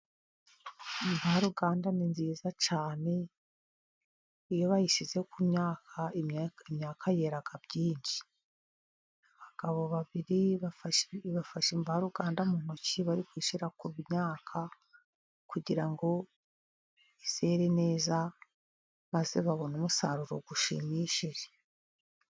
Imvaruganda ni nziza cyane iyo bayishyize ku myaka yera byinshi, abagabo babiri bafashe imvaruganda mu ntoki bari gushira ku myaka kugira ngo izere neza maze babone umusaruro ushimishije.